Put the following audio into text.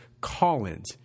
call-ins